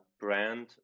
brand